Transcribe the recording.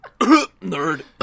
Nerd